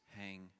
hang